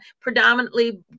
predominantly